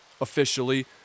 officially